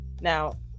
Now